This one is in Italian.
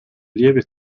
lieve